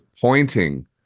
pointing